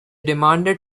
demanded